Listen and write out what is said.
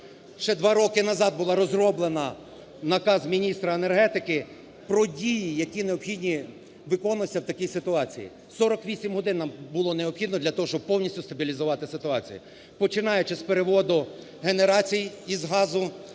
Ще два роки назад була розроблена наказом міністра енергетики про дії, які необхідно виконувати в такій ситуації. Соро вісім годин нам було необхідно для того, щоб повністю стабілізувати ситуацію. Починаючи з переводу генерації із газу